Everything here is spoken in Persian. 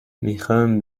میخام